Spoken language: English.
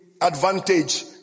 advantage